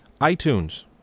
iTunes